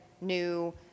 new